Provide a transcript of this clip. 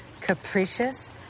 capricious